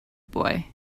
boy